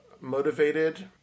motivated